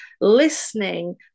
listening